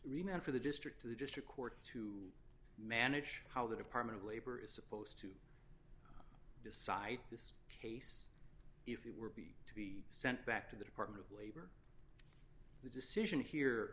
remain for the district to the district court to manage how the department of labor is supposed to decide this case if it were be sent back to the department of labor the decision here